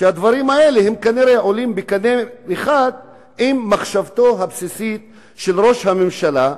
שהדברים האלה כנראה עולים בקנה אחד עם מחשבתו הבסיסית של ראש הממשלה,